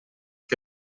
que